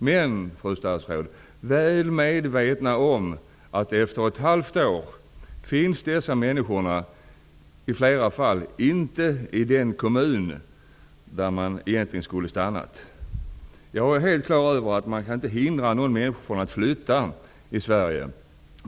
Men, fru statsråd, de är väl medvetna om att efter ett halvt år finns dessa människor i flera fall inte i den kommun där de egentligen skulle ha stannat. Jag är helt på det klara med att man inte kan hindra någon människa i Sverige att flytta.